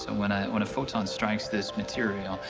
and when ah when a photon strikes this material,